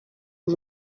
ngo